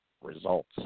results